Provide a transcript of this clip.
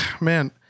man